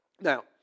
Now